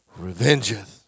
revengeth